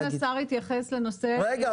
סגן השר התייחס לנושא --- רגע.